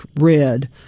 red